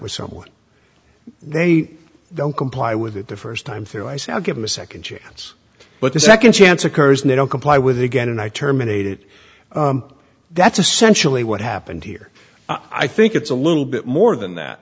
with someone they don't comply with the first time through i say i'll give them a second chance but the second chance occurs and they don't comply with again and i terminated that's essentially what happened here i think it's a little bit more than that